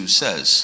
says